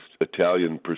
Italian